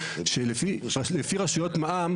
שלפי רשויות מע"מ,